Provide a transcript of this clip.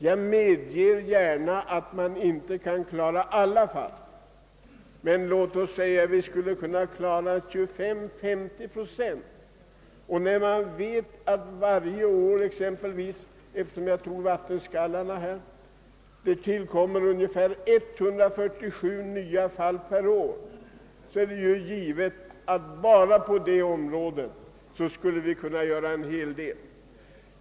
Jag medger att man inte kan klara alla fall, men om vi kunde hjälpa 25— 50 procent skulle redan detta betyda en hel del. Som det nu är tillkommer exempelvis cirka 147 nya fall av vattenskalle per år och de flesta av dem kan vi bota.